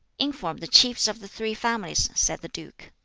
inform the chiefs of the three families, said the duke.